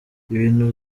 ibintu